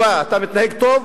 אתה מתנהג טוב,